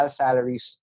salaries